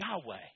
Yahweh